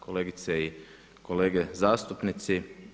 Kolegice i kolege zastupnici.